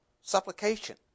Supplication